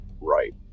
right